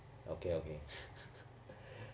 okay okay